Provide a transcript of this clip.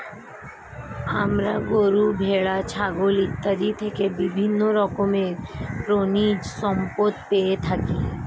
আমরা গরু, ভেড়া, ছাগল ইত্যাদি থেকে বিভিন্ন রকমের প্রাণীজ সম্পদ পেয়ে থাকি